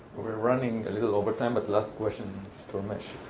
we're running a little overtime, but last question to ramesh.